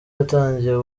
yatangiye